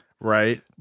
right